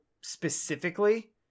specifically